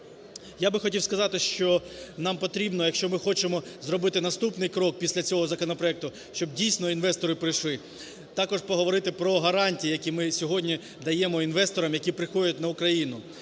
Я би хотів сказати, що нам потрібно, якщо ми хочемо зробити наступний крок після цього законопроекту, щоб дійсно інвестори прийшли, також поговорити про гарантії, які ми сьогодні даємо інвесторам, які приходять на Україну.